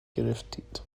گرفتید